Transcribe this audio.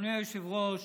אדוני היושב-ראש,